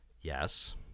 Yes